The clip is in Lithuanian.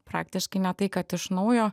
praktiškai ne tai kad iš naujo